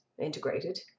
integrated